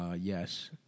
Yes